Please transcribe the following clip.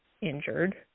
injured